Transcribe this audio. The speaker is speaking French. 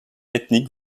ethnique